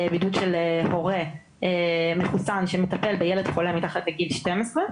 בידוד של הורה מחוסן שמטפל בילד חולה מתחת לגיל 12,